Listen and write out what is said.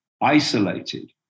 isolated